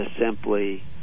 simply